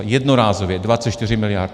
Jednorázově, 24 miliard.